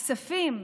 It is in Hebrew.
הכספים,